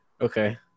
Okay